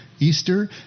Easter